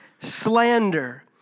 slander